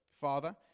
Father